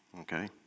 okay